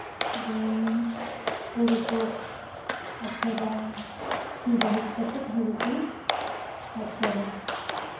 ᱡᱮᱢᱚᱱ ᱦᱩᱲᱩ ᱠᱚ ᱟᱯᱷᱚᱨᱟ ᱥᱤ ᱞᱟᱹᱦᱩᱫ ᱠᱟᱛᱮᱫ ᱦᱩᱲᱩ ᱠᱚ ᱟᱯᱷᱚᱨᱟ